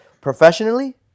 professionally